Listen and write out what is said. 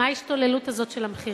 מה ההשתוללות הזאת של המחירים?